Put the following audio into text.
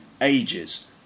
ages